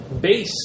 base